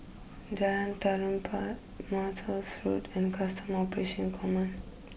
Jalan Tarum Road and Custom Operation Command